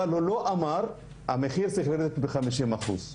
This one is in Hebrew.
אבל הוא לא אמר שהמחיר צריך לרדת ב-50 אחוז.